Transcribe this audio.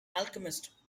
alchemist